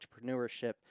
entrepreneurship